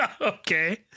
Okay